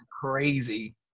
Crazy